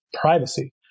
privacy